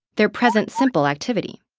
their present simple activity.